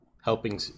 helping